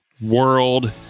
World